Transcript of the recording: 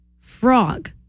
frog